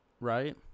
Right